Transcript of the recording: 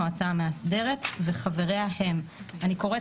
המועצה המאסדרת) וחבריה הם:" אני קוראת